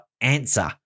answer